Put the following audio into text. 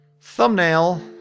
Thumbnail